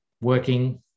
working